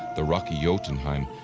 the rocky ah jotunheim,